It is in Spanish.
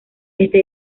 este